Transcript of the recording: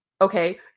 okay